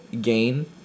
gain